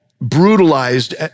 brutalized